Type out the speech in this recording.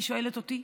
היא שואלת אותי,